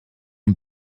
een